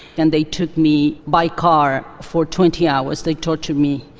and they took me by car. for twenty hours they tortured me.